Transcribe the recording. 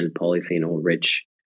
polyphenol-rich